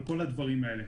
על כל הדברים האלה.